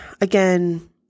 again